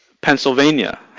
Pennsylvania